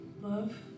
Love